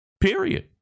period